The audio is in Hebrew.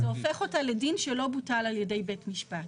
זה הופך אותה לדין שלא בוטל על-ידי בית משפט.